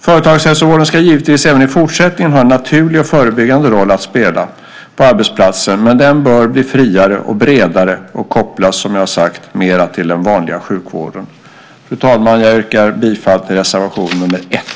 Företagshälsovården ska givetvis även i fortsättningen ha en naturlig och förebyggande roll att spela på arbetsplatsen, men den bör bli friare och bredare och kopplas mer till den vanliga sjukvården. Fru talman! Jag yrkar bifall till reservation nr 1.